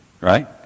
Right